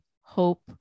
hope